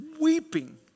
weeping